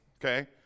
okay